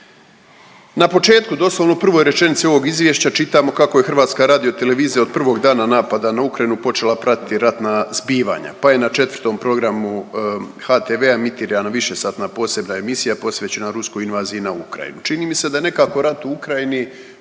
Na početku, doslovno u prvoj rečenici ovog Izvješća čitamo kako je HRT od prvog dana napada na Ukrajinu počela pratiti ratna zbivanja pa je na 4. programu HTV-a emitirana višesatna posebna emisija posvećena ruskoj invaziji na Ukrajinu. Čini mi se da je nekako rat u Ukrajini